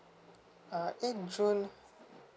uh a insurance